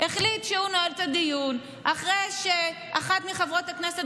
החליט שהוא נועל את הדיון אחרי שאחת מחברות הכנסת